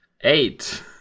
Eight